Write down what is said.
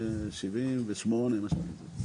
378 משהו כזה.